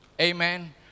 Amen